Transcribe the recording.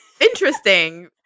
Interesting